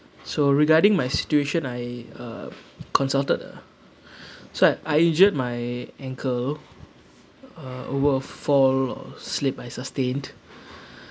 so regarding my situation I consulted the sweat I injured my ankle a over fall or slip by sustained